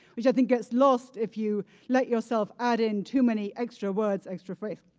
which i think gets lost if you let yourself add in too many extra words, extra phrases.